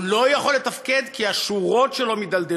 הוא לא יכול לתפקד כי השורות מידלדלות,